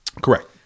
Correct